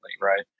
Right